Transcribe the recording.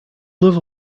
live